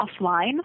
offline